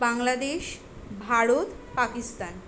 Bangladesh Bharat Pakistan